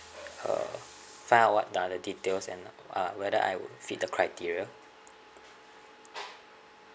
uh find out what are the details and uh whether I will fit the criteria